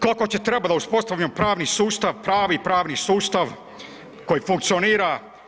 Koliko će trebati da uspostavimo pravni sustav, pravi pravni sustav koji funkcionira?